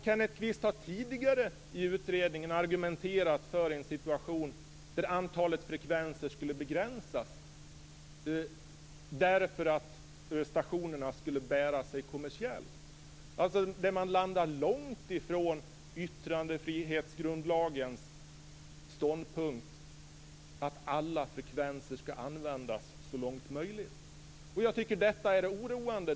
Kenneth Kvist har tidigare i utredningen argumenterat för en situation där antalet frekvenser skulle begränsas därför att stationerna skulle bära sig kommersiellt. Man landar långt ifrån yttrandefrihetsgrundlagens ståndpunkt att alla frekvenser skall användas så långt möjligt. Detta är oroande.